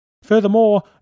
Furthermore